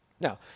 Now